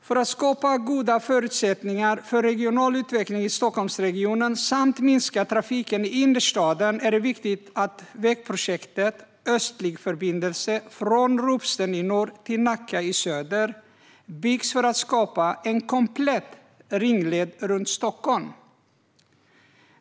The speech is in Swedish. För att skapa goda förutsättningar för regional utveckling i Stockholmsregionen och för att minska trafiken i innerstaden är det viktigt att vägprojektet Östlig förbindelse, från Ropsten i norr till Nacka i söder, byggs för att skapa en komplett ringled runt Stockholm.